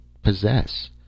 possess